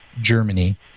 Germany